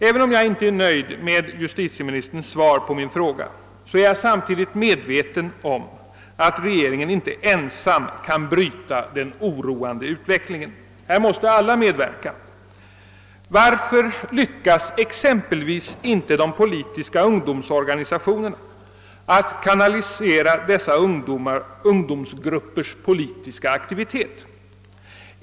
Även om jag inte är nöjd med justitieministerns svar på min interpellation är jag medveten om att regeringen inte ensam kan bryta den oroande utvecklingen. Härvidlag måste alla medverka. Varför lyckas exempelvis inte de politiska ungdomsorganisationerna kanalisera dessa ungdomsgruppers politiska aktivitet?